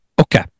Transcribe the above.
Okay